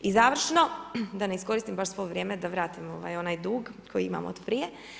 I završno, da ne iskoristim baš svo vrijeme da vratim onaj dug koji imam od prije.